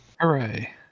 Hooray